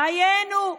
דיינו,